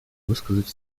высказать